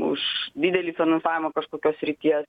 už didelį finansavimą kažkokios srities